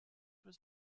was